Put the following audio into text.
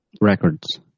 records